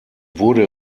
wurde